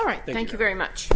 all right thank you very much